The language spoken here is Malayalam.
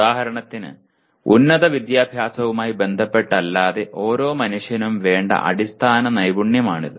ഉദാഹരണത്തിന് ഉന്നത വിദ്യാഭ്യാസവുമായി ബന്ധപ്പെട്ട് അല്ലാതെ ഓരോ മനുഷ്യനും വേണ്ട അടിസ്ഥാന നൈപുണ്യമാണിത്